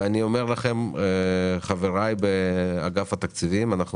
ואני אומר לכם חבריי באגף התקציבים: אנחנו